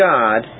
God